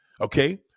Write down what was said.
okay